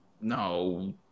No